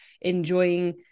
enjoying